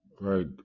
right